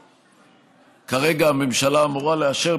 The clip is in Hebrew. כרגע הממשלה אמורה לאשר,